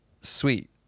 sweet